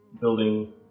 building